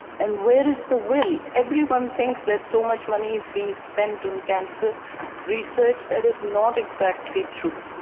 and where is the will? everyone thinks that so much money is being spent on cancer research. that is not exactly true.